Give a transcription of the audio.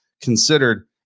considered